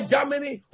Germany